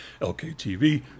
LKTV